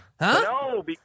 No